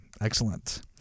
Excellent